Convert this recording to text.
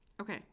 okay